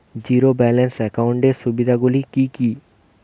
Zero balance একাউন্টের সুবিধা গুলি কি কি?